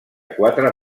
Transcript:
quatre